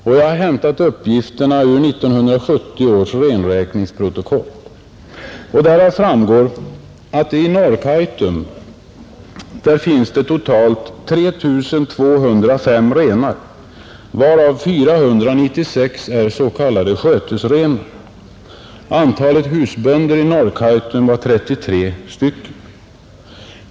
Av 1970 års renräkningsprotokoll framgår att det i Norrkaitum finns totalt 3 205 renar, varav 496 är s.k. skötesrenar. Antalet husbönder i Norrkaitum är 33.